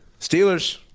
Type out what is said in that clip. Steelers